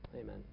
amen